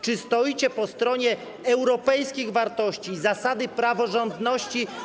Czy stoicie po stronie europejskich wartości i zasady praworządności.